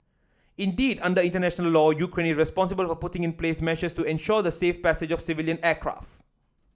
indeed under international law Ukraine is responsible for putting in place measures to ensure the safe passage of civilian aircraft